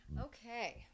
Okay